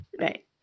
Right